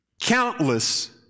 Countless